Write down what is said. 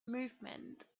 movement